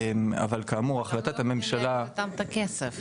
אבל כאמור החלטת הממשלה --- שם לא נותנים להם למשוך את הכסף.